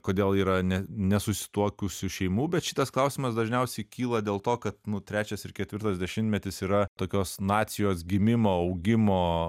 kodėl yra ne nesusituokusių šeimų bet šitas klausimas dažniausiai kyla dėl to kad nu trečias ir ketvirtas dešimtmetis yra tokios nacijos gimimo augimo